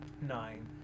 nine